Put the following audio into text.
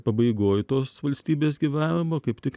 pabaigoj tos valstybės gyvavimo kaip tik